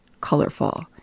colorful